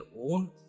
own